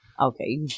Okay